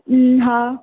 हा